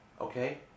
okay